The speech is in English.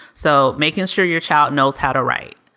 so making sure your child knows how to write,